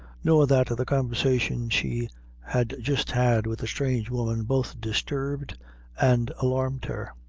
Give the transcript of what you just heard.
nor that the conversation she had just had with the strange woman, both disturbed and alarmed her.